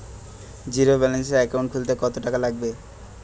জিরোব্যেলেন্সের একাউন্ট খুলতে কত টাকা লাগবে?